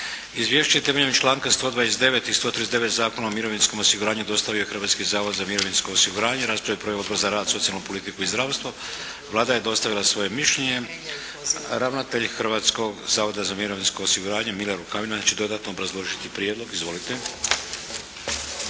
Izvješće je temeljem članka 129. i 139. Zakona o mirovinskom osiguranju dostavio Hrvatski zavod za mirovinsko osiguranju. Raspravu je proveo Odbor za rad, socijalnu politiku i zdravstvo. Vlada je dostavila svoje mišljenje. Ravnatelj Hrvatskog zavoda za mirovinsko osiguranje Mile Rukavina će dodatno obrazložiti prijedlog. Izvolite.